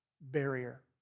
barrier